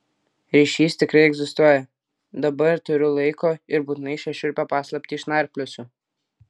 ryšys tikrai egzistuoja dabar turiu laiko ir būtinai šią šiurpią paslaptį išnarpliosiu